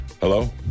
Hello